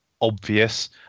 Obvious